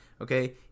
okay